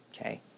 Okay